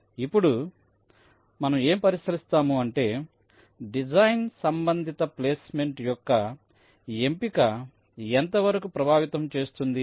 ఇప్పుడు మనం ఏమి పరిశీలిస్తాము అంటే డిజైన్ శైలి సంబంధిత ప్లేస్ మెంట్ యొక్క ఎంపిక ఎంత వరకు ప్రభావితం చేస్తుంది